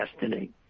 destiny